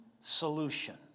solution